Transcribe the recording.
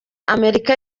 amerika